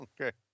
Okay